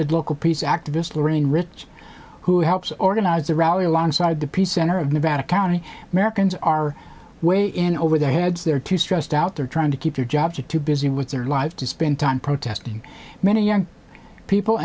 said local peace activist lorraine rich who helps organize a rally alongside the peace center of nevada county americans are way in over their heads there too stressed out they're trying to keep your job to too busy with their lives to spend time protesting many young people